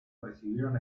recibieron